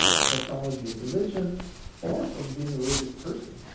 psychology of religion or from being a religious person.